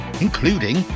including